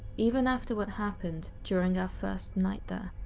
even after what happened during our first night there.